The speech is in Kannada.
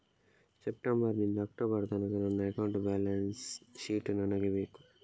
ಸೆಪ್ಟೆಂಬರ್ ನಿಂದ ಅಕ್ಟೋಬರ್ ತನಕ ನನ್ನ ಅಕೌಂಟ್ ಬ್ಯಾಲೆನ್ಸ್ ಶೀಟ್ ನನಗೆ ಬೇಕು